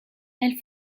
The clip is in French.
elles